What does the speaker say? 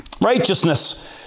Righteousness